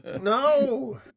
No